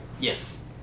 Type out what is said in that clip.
Yes